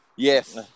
Yes